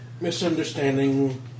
misunderstanding